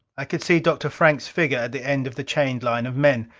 i could see dr. frank's figure at the end of the chained line of men.